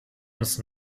uns